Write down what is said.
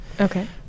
okay